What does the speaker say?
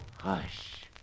Hush